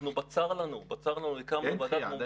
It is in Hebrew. אנחנו בצר לנו הקמנו ועדת מומחים --- אין דחייה.